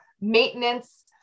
maintenance